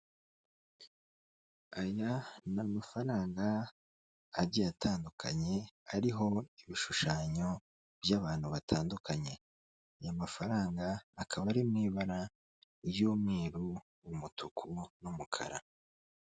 Aya ni amafaranga agiye atandukanye ariho ibishushanyo by'abantu batandukanye, aya mafaranga akaba ari mu ibara ry'umweru, umutuku n'umukara.